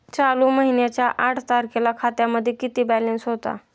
चालू महिन्याच्या आठ तारखेला खात्यामध्ये किती बॅलन्स होता?